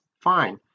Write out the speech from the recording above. Fine